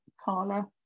carla